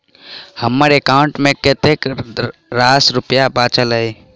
हम्मर एकाउंट मे कतेक रास रुपया बाचल अई?